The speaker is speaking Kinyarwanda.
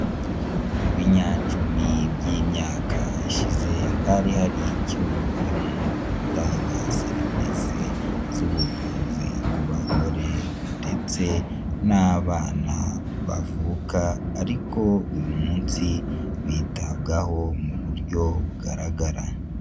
Mu binyacumi by'imyaka ishize hari hari icyuho mu gutanga serivisi z'ubuvuzi ku bagore ndetse n'abana bavuka ariko uyu munsi bitabwaho mu buryo bugaragara.